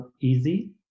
easy